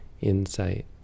insight